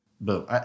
boom